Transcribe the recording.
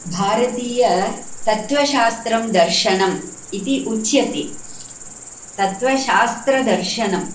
भारतीयतत्त्वशास्त्रं दर्शनम् इति उच्यते तत्त्वशास्त्रदर्शनं